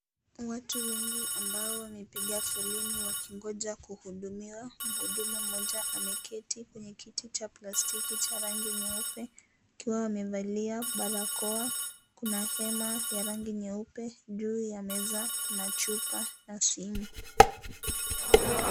Watu wengi ambao wamepiga foleni wakingoja kuhudumiwa. Mhudumu mmoja ameketi kwenye kiti cha plastiki cha rangi nyeupe akiwa amevalia barakoa. Kuna hema ya rangi nyeupe. Juu ya meza kuna picha na simu.